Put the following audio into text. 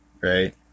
right